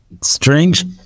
strange